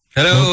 Hello